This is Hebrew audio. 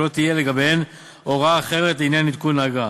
שלא תהיה לגביהן הוראה אחרת לעניין עדכון האגרה.